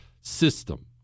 system